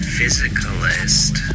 Physicalist